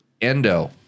Endo